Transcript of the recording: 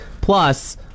plus